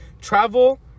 travel